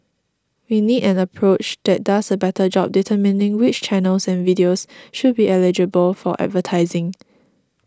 we need an approach that does a better job determining which channels and videos should be eligible for advertising